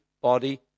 body